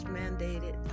mandated